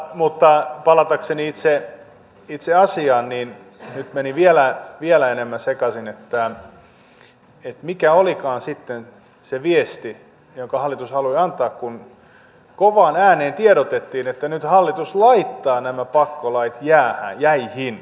mutta palatakseni itse asiaan niin nyt meni vielä enemmän sekaisin että mikä olikaan sitten se viesti jonka hallitus halusi antaa kun kovaan ääneen tiedotettiin että nyt hallitus laittaa nämä pakkolait jäihin